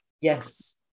Yes